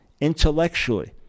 intellectually